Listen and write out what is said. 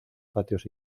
patios